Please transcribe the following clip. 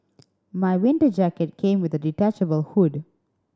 my winter jacket came with a detachable hood